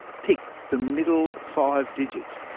pick the middle five digits.